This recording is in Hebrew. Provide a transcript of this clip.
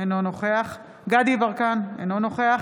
אינו נוכח דסטה גדי יברקן, אינו נוכח